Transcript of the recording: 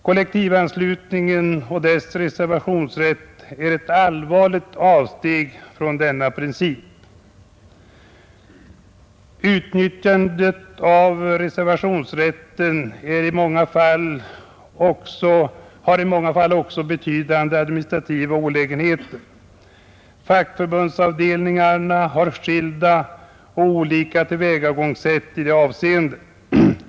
Kollektivanslutningen och dess reservationsrätt är ett allvarligt avsteg från denna princip. Utnyttjandet av reservationsrätten har i många fall också betydande administrativa olägenheter. Fackförbundsavdelningarna har skilda tillvägagångssätt i detta avseende.